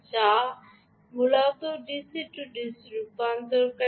যা মূলত DC DC রূপান্তরকারী